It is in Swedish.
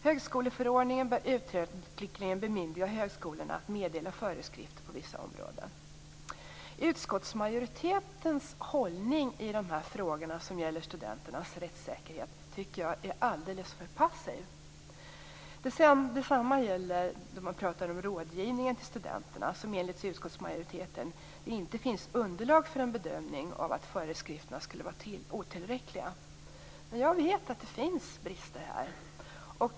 Högskoleförordningen bör uttryckligen bemyndiga högskolorna att meddela föreskrifter på vissa områden. Utskottsmajoritetens hållning i frågor som gäller studenternas rättssäkerhet är alldeles för passiv. Detsamma gäller rådgivning till studenterna. Enligt utskottsmajoriteten finns det inte underlag för en bedömning av huruvida föreskrifterna är otillräckliga. Jag vet att det finns brister här.